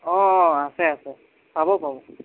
অঁ অঁ আছে আছে পাব পাব